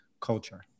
culture